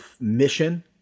mission